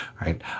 right